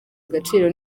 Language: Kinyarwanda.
agaciro